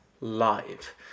live